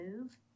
move